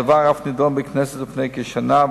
הדבר אף נדון בכנסת לפני כשנה,